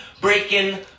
Breaking